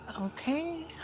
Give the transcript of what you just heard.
okay